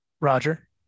Roger